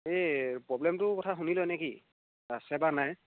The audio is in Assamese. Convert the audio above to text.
এই প্ৰব্লেমটোৰ কথা শুনি লয় নে কি আছে বা নাই